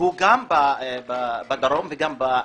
הוא גם בדרום וגם בנגב.